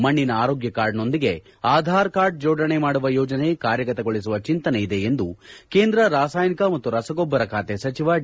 ಮಣ್ಣಿನ ಆರೋಗ್ಯ ಕಾರ್ಡ್ನೊಂದಿಗೆ ಆಧಾರ್ ಕಾರ್ಡ್ ಜೋಡಣೆ ಮಾಡುವ ಯೋಜನೆ ಕಾರ್ಯಗತಗೊಳಿಸುವ ಚಂತನೆಯಿದೆ ಎಂದು ಕೇಂದ್ರ ರಾಸಾಯನಿಕ ಮತ್ತು ರಸಗೊಬ್ಬರ ಖಾತೆ ಸಚಿವ ಡಿ